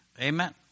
Amen